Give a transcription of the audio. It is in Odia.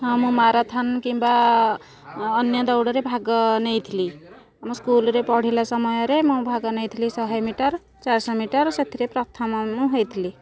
ହଁ ମୁଁ ମାରାଥନ୍ କିମ୍ବା ଅନ୍ୟ ଦୌଡ଼ରେ ଭାଗ ନେଇଥିଲି ମୁଁ ସ୍କୁଲରେ ପଢ଼ିଲା ସମୟରେ ମୁଁ ଭାଗ ନେଇଥିଲି ଶହେ ମିଟର ଚାରିଶହ ମିଟର ସେଥିରେ ପ୍ରଥମ ମୁଁ ହୋଇଥିଲି